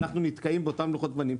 אם אנחנו נתקעים באותם לוחות זמנים,